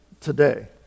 today